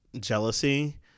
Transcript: jealousy